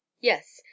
Yes